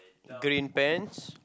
green pants